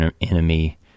enemy